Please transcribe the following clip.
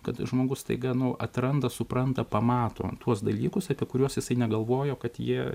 kad žmogus staiga nu atranda supranta pamato tuos dalykus apie kuriuos jisai negalvojo kad jie